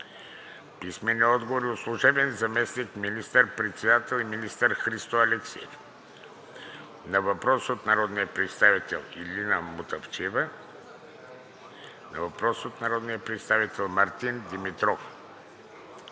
Ганчев Ненов; – служебния заместник министър-председател и министър Христо Алексиев на въпрос от народния представител Илина Мутафчиева; на въпрос от народния представител Мартин Димитров;